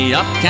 up